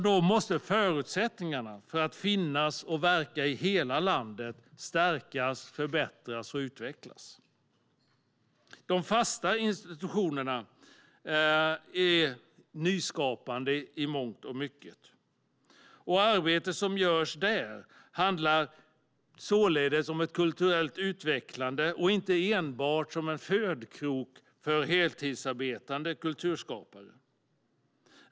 Då måste förutsättningarna för att finnas och verka i hela landet stärkas, förbättras och utvecklas. De fasta institutionerna är i mångt och mycket nyskapande. Arbetet som görs där handlar således om ett kulturellt utvecklande och inte om att vara enbart en födkrok för heltidsarbetande kulturskapare.